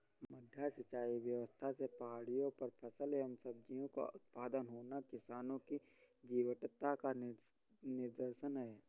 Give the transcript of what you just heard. मड्डा सिंचाई व्यवस्था से पहाड़ियों पर फल एवं सब्जियों का उत्पादन होना किसानों की जीवटता का निदर्शन है